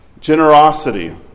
Generosity